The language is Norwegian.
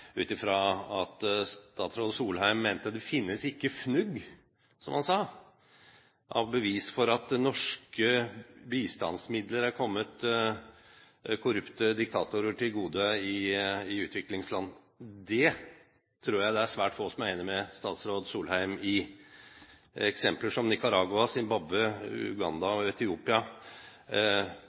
ut fra at statsråd Solheim mente at det «finnes ikke fnugg», som han sa, av bevis for at norske bistandsmidler er kommet korrupte diktatorer til gode i utviklingsland. Det tror jeg det er svært få som er enig med statsråd Solheim i – eksempler som Nicaragua, Zimbabwe, Uganda og Etiopia